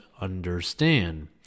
understand